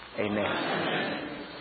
Amen